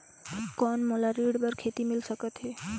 कौन मोला खेती बर ऋण मिल सकत है?